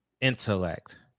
intellect